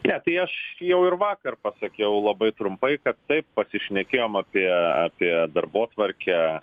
ne tai aš jau ir vakar pasakiau labai trumpai kad taip pasišnekėjom apie apie darbotvarkę